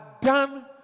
done